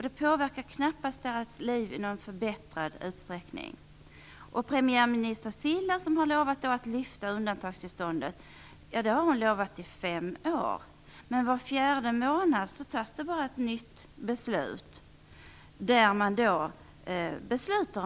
De påverkar knappast människornas liv i någon större utsträckning. Premiärminister Ciller har i fem år lovat att lyfta undantagstillståndet, men var fjärde månad fattas ett nytt beslut om att fortsätta.